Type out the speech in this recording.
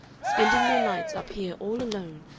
spending your nights up here all alone,